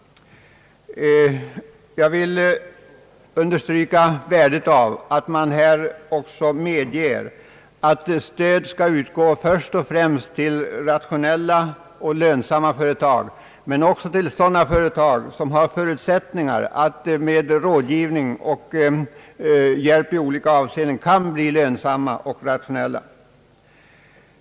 Jag vill understryka värdet av att man här också medger att stöd skall utgå först och främst till rationella och lönsamma företag, men också till företag som har förutsättningar att med rådgivning och hjälp i olika avseenden bli lönsamma och rationella.